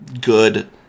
good